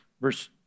verse